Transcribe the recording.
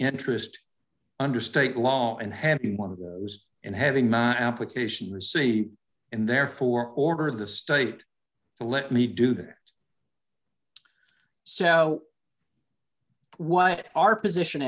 interest under state law and having one of those and having not application receipt and therefore order the state to let me do that so what our position